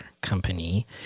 company